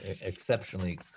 exceptionally